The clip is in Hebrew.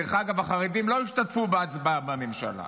דרך אגב, החרדים לא השתתפו בהצבעה בממשלה,